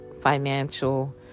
financial